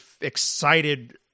excited